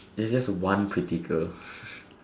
there's just one pretty girl